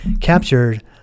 captured